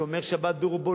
שומר שבת ברובו,